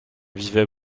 vivait